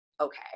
okay